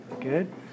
Good